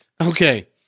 Okay